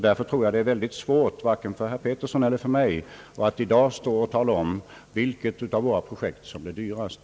Därför tror jag det är mycket svårt både för herr Petersson och för mig att i dag tala om vilket projekt som blir dyrast.